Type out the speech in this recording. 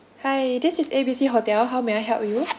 hi this is A B C hotel how may I help you